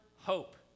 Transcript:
hope